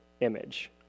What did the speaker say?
image